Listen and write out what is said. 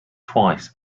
twice